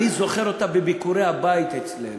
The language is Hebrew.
אני זוכר אותה בביקורי הבית אצלנו,